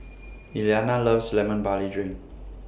Elianna loves Lemon Barley Drink